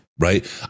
Right